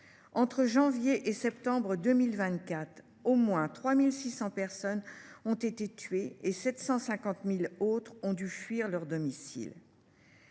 Entre janvier et septembre 2024, au moins 3 600 personnes ont été tuées et 750 000 autres contraintes de fuir leur domicile.